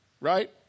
right